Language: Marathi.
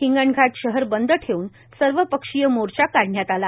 हिंगणघाट शहर बंद ठेऊन सर्वपक्षीय मोर्चा काढण्यात आला